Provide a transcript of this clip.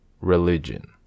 religion